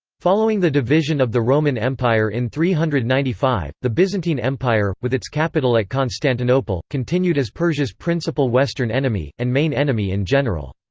following the division of the roman empire in three hundred and ninety five, the byzantine empire, with its capital at constantinople, continued as persia's principal western enemy, and main enemy in general.